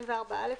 "24א.